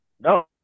No